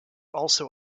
also